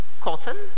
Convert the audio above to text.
cotton